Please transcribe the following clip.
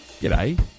G'day